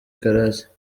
karake